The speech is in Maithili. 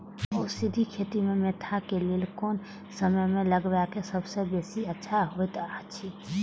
औषधि खेती मेंथा के लेल कोन समय में लगवाक सबसँ बेसी अच्छा होयत अछि?